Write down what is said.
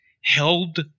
held